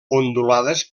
ondulades